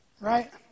right